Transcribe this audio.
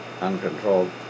uncontrolled